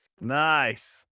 Nice